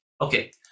Okay